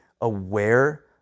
aware